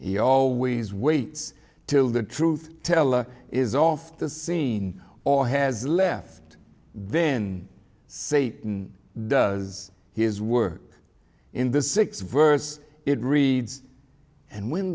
he always waits til the truth teller is off the scene or has left then say does his work in the six verse it reads and when